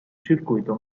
circuito